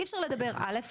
אי אפשר לדבר על א',